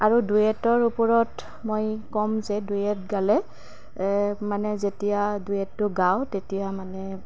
আৰু ডুৱেটৰ ওপৰত মই ক'ম যে ডুৱেট গালে মানে যেতিয়া ডুৱেটটো গাওঁ তেতিয়া মানে